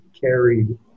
carried